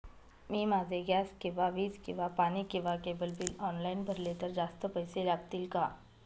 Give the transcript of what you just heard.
मी माझे गॅस किंवा वीज किंवा पाणी किंवा केबल बिल ऑनलाईन भरले तर जास्त पैसे लागतील का?